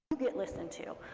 you get listened to.